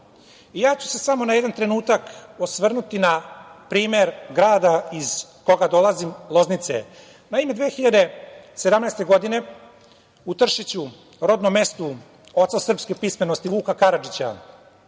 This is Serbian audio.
Samo ću se na jedan trenutak osvrnuti na primer grada iz koga dolazim, Loznice. Naime, 2017. godine u Tršiću rodnom mestu oca srpske pismenosti, Vuka Karadžića,